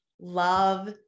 love